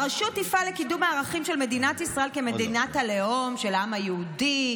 הרשות תפעל לקידום הערכים של מדינת ישראל כמדינת הלאום של העם היהודי,